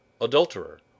adulterer